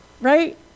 Right